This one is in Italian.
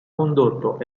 condotto